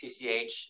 CCH